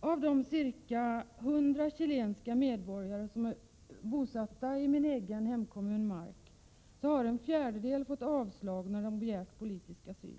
Av de ca 100 chilenska medborgare som är bosatta i min egen hemkommun, Mark, har en fjärdedel fått avslag när de begärt politisk asyl.